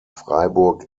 freiburg